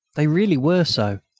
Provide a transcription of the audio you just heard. they really were so,